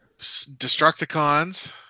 Destructicons